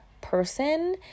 person